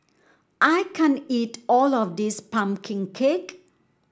I can't eat all of this pumpkin cake